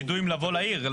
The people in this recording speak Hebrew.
שיידעו אם לבוא לעיר.